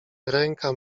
ręka